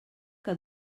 que